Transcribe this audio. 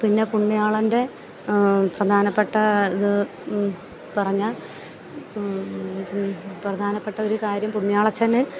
പിന്നെ പുണ്യാളൻ്റെ പ്രധാനപ്പെട്ട ഇത് പറഞ്ഞാൽ പ്രധാനപ്പെട്ട ഒരു കാര്യം പുണ്യാളച്ചന്